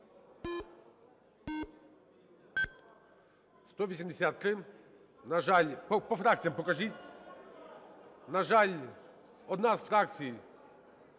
За-183 На жаль… По фракціях покажіть. На жаль, одна з фракцій